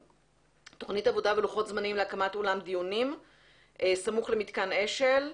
תוכנית עבודה ולוחות זמנים להקמת אולם דיונים סמוך למתקן אשל,